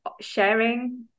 sharing